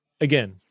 again